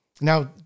Now